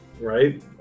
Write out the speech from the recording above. right